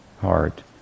heart